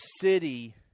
city